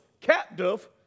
captive